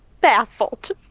baffled